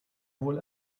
wohl